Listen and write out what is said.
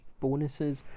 bonuses